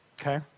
Okay